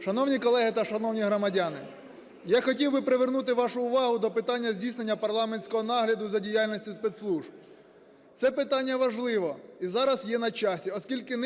Шановні колеги та шановні громадяни! Я хотів би привернути вашу увагу до питання здійснення парламентського нагляду за діяльністю спецслужб. Це питання важливе, і зараз є на часі, оскільки